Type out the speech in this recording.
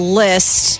list